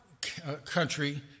country